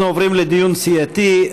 אנחנו עוברים לדיון סיעתי.